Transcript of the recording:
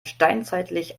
steinzeitlich